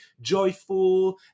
joyful